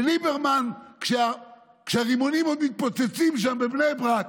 וליברמן, כשהרימונים עוד מתפוצצים שם בבני ברק,